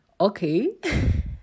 okay